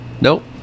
Nope